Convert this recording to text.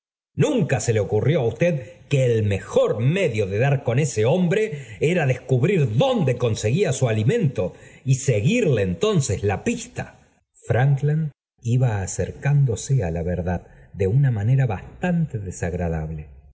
nunca se le ocurrió á usted que el mejor medio de dar con ese hombre era descubrir dónde conseguía su alimento y seguirle entonces la pista frankland iba acercándose á la verdad de una manera bastante desagradable sin